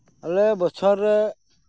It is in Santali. ᱟᱞᱮ ᱵᱚᱪᱷᱚᱨ ᱨᱮ